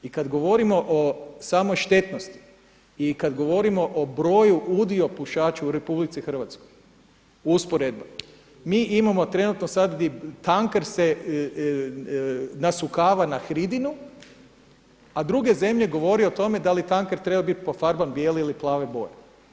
I kada govorimo o samoštetnosti i kada govorimo o broju udio pušača u RH usporedba mi imamo trenutno sad tanker se nasukava na hridinu, a druge zemlje govore o tome da li tanker treba biti pofarban bijele ili plave boje.